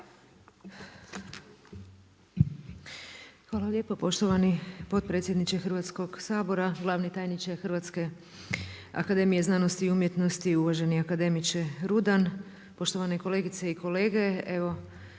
Hvala lijepo poštovani potpredsjedniče Hrvatskog sabora. Glavni tajniče Hrvatske akademije znanosti i umjetnosti, uvaženi akademiče Rudan, poštovane kolegice i kolege, evo